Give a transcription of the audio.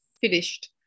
finished